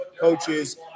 coaches